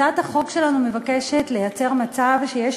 הצעת החוק שלנו מבקשת לייצר מצב שיש